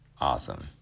awesome